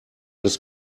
des